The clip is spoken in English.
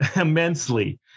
immensely